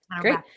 Great